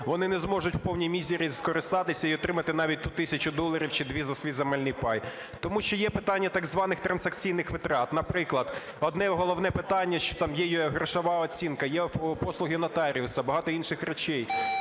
вони не зможуть в повній мірі скористатися і отримати навіть ту тисячу доларів чи дві за свій земельний пай, тому що є питання так званих трансакційних витрат. Наприклад, одне головне питання, що там є грошова оцінка, є послуги нотаріуса, багато інших речей.